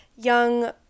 young